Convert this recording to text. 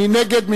מי נגד?